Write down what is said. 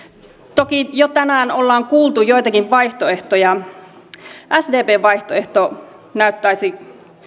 toki jo tänään ollaan kuultu joitakin vaihtoehtoja sdpn vaihtoehto näyttäisi